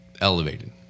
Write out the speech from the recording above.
elevated